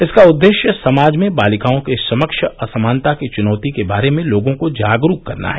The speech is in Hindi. इसका उद्देश्य समाज में बालिकाओं के समक्ष असमानता की चुनौती के बारे में लोगों को जागरूक करना है